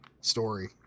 story